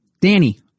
Danny